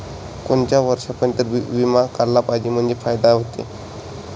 कोनच्या वर्षापर्यंत बिमा काढला म्हंजे फायदा व्हते?